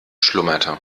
schlummerte